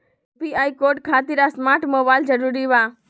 UPI code खातिर smart mobile जरूरी बा?